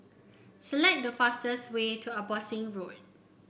select the fastest way to Abbotsingh Road